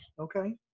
Okay